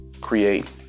create